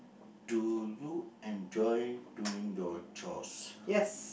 do you enjoy doing your chores